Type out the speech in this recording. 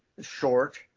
short